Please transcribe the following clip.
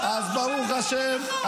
אתה מחלק נשק כי המשטרה לא שומרת על הביטחון,